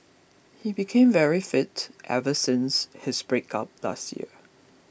he became very fit ever since his breakup last year